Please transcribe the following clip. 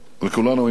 וכולנו היינו שם.